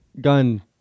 gun